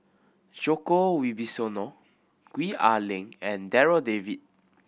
Djoko Wibisono Gwee Ah Leng and Darryl David